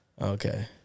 Okay